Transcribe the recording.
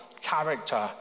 character